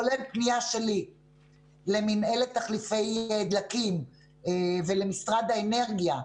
כולל פנייה שלי למינהלת תחליפי דלקים ולמשרד האנרגיה,